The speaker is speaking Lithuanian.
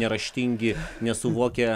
neraštingi nesuvokia